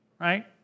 right